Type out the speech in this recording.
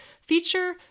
feature